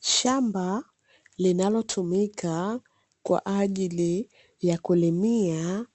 Shamba linalitumika kwa ajili ya kulimia